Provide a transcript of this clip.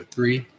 Three